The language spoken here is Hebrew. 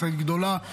משאית גדולה,